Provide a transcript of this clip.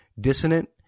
dissonant